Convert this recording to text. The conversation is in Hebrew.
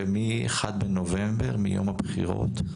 ומ- 1 בנובמבר מיום הבחירות,